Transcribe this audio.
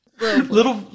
Little